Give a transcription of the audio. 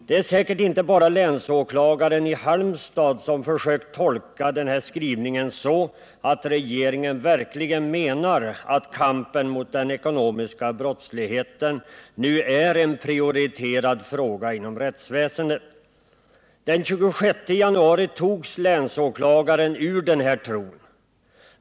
Det är säkert inte bara länsåklagaren i Halmstad som har försökt tolka denna skrivning så, att regeringen verkligen menar att kampen mot den ekonomiska brottsligheten nu är en prioriterad fråga inom rättsväsendet. Den 26 januari togs länsåklagaren ur denna tro.